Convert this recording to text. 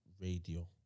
radio